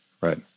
Right